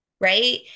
right